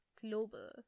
Global